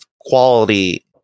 quality